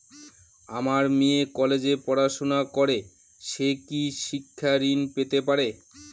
আমার মেয়ে কলেজে পড়াশোনা করে সে কি শিক্ষা ঋণ পেতে পারে?